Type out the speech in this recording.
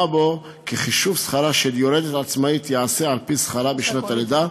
בו כי חישוב שכרה של יולדת עצמאית ייעשה על-פי שכרה בשנת הלידה,